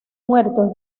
muerto